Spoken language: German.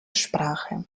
sprache